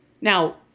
Now